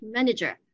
Manager